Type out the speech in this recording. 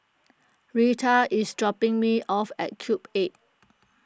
Reta is dropping me off at Cube eight